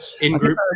in-group